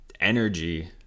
energy